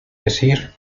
decir